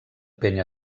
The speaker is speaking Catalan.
penya